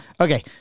Okay